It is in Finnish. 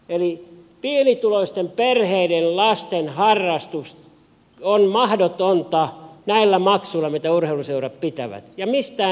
eli pienituloisten perheiden lasten harrastus on mahdotonta näillä maksuilla mitä urheiluseurat vaativat ja mistään ei tule tukea